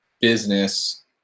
business